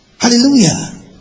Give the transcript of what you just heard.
Hallelujah